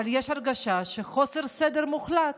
אבל יש הרגשה של חוסר סדר מוחלט.